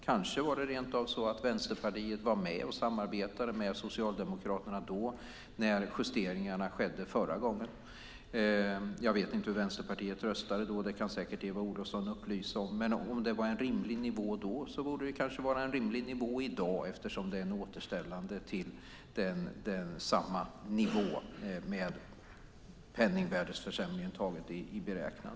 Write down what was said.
Kanske var det rent av så att Vänsterpartiet var med och samarbetade med Socialdemokraterna när justeringarna skedde förra gången. Jag vet inte hur Vänsterpartiet röstade då. Det kan säkert Eva Olofsson upplysa om. Om det var en rimlig nivå då borde det kanske vara en rimlig nivå i dag, eftersom det blir ett återställande till samma nivå med hänsyn till penningvärdesförsämringen.